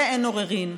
על זה אין עוררין,